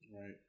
Right